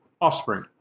Offspring